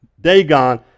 Dagon